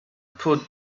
put